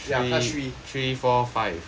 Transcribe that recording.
ya class three